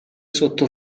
sotto